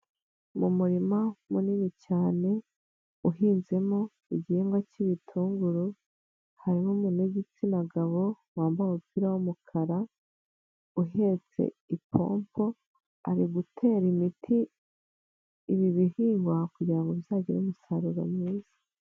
Mu murima munini cyane uhinzemo igihingwa cy'ibitunguru harimo umuntu w'igitsina gabo wambaye umupira w'umukara uhetse ipompo ari gutera imiti ibi bihingwa kugirango bizagire umusaruro mwiza.